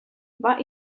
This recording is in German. war